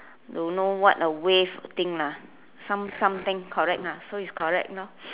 don't know what a wave thing lah some some thing correct ah so is correct lor